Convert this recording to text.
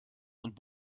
und